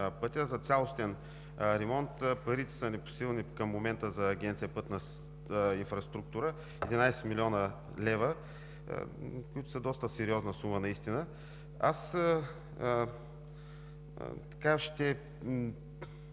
пътя. За цялостен ремонт парите са непосилни към момента за Агенция „Пътна инфраструктура“ – 11 млн. лв., които са доста сериозна сума. Аз ще